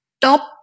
top